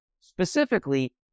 specifically